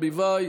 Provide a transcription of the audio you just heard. אורנה ברביבאי,